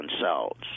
cells